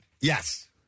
Yes